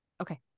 okay